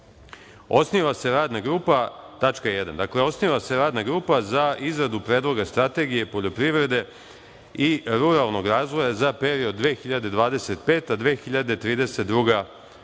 Osniva se Radna grupa za izradu predloga strategije poljoprivrede i ruralnog razvoja za period 2025-2032. godina,